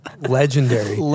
Legendary